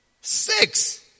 Six